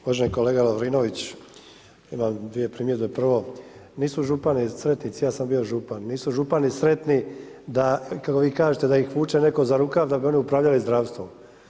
Uvaženi kolega Lovrinovć, imam dvije primjedbe, prvo, nismo župani iz … ja sam bio župan, nisu župani sretni da kako vi kažete da ih vuče netko za rukav, da bi oni upravljali zdravstvom.